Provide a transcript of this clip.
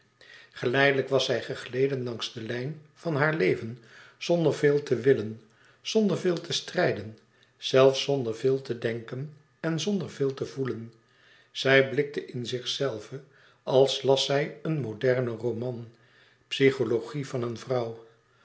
geleidelijk was zij gegleden langs de lijn van haar leven zonder veel te willen zonder veel te strijden zelfs zonder veel te denken en zonder veel te voelen zij blikte in zichzelve als las zij een modernen roman psychologie van een vrouw